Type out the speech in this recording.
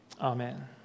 Amen